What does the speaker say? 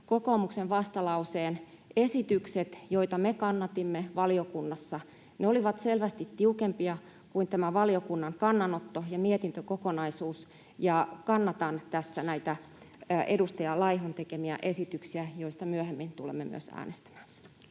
kokoomuksen vastalauseen esitykset, joita me kannatimme valiokunnassa. Ne olivat selvästi tiukempia kuin tämä valiokunnan kannanotto ja mietintökokonaisuus, ja kannatan tässä näitä edustaja Laihon tekemiä esityksiä, joista myöhemmin tulemme myös äänestämään.